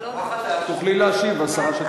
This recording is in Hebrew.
תוכלי להשיב, השרה שקד.